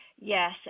Yes